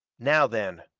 now then,